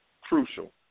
crucial